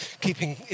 keeping